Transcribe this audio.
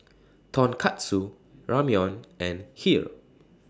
Tonkatsu Ramyeon and Kheer